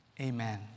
Amen